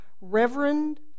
Reverend